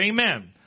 Amen